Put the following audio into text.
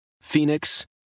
Phoenix